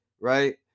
right